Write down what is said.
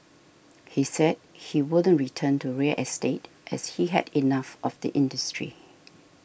he said he wouldn't return to real estate as he had enough of the industry